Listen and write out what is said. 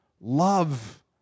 Love